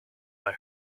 they